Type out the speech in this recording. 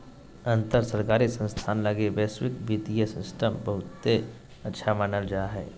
अंतर सरकारी संस्थान लगी वैश्विक वित्तीय सिस्टम बहुते अच्छा मानल जा हय